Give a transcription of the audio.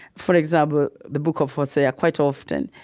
for example, the book of hosea quite often,